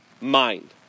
mind